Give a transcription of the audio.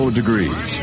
degrees